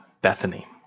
Bethany